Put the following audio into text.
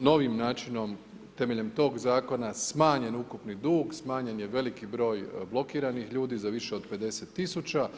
novim načinom temeljem toga Zakona smanjen ukupni dug, smanjen je veliki broj blokiranih ljudi, za više od 50 000.